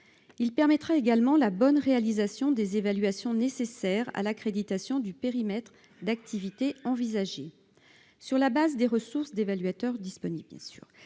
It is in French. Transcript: Il permettra également la bonne réalisation des évaluations nécessaires à l'accréditation du périmètre d'activité envisagé, sur la base des ressources d'évaluateurs disponibles.